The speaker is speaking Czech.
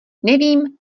nevím